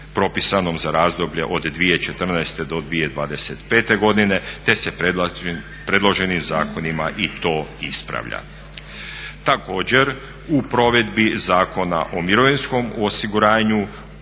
propisanom za razdoblje od 2014. do 2025. godine te se predloženim zakonima i to ispravlja. Također u provedbi Zakona o mirovinskom osiguranju